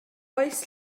oes